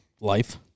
Life